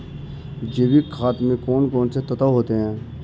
जैविक खाद में कौन कौन से तत्व होते हैं?